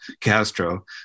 Castro